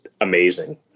amazing